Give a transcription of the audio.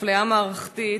אפליה מערכתית,